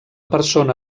persona